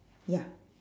ya